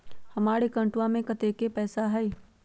हमार अकाउंटवा में कतेइक पैसा हई?